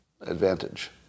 advantage